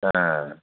ఆయ్